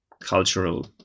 cultural